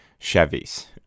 Chevys